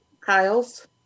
Kyles